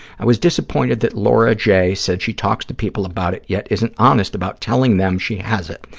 i was disappointed that laura j. said she talks to people about it yet isn't honest about telling them she has it.